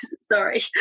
sorry